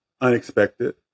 Unexpected